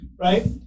right